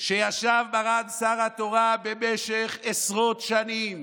שישב מרן שר התורה במשך עשרות שנים,